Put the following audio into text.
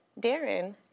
Darren